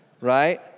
Right